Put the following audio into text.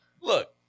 Look